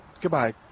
goodbye